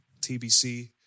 TBC